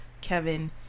Kevin